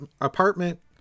apartment